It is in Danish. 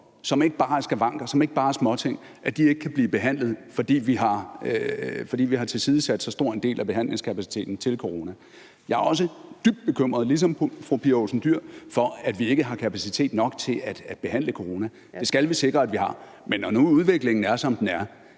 som ikke bare er skavanker, som ikke bare er småting, ikke kan blive behandlet, fordi vi har tilsidesat så stor en del af behandlingskapaciteten til corona. Jeg er også dybt bekymret, ligesom fru Pia Olsen Dyhr, for, at vi ikke har kapacitet nok til at behandle corona. Det skal vi sikre at vi har, men når nu udviklingen er, som den er,